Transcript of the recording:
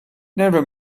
never